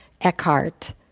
Eckhart